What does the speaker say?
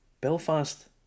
Belfast